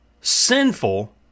sinful